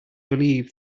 believe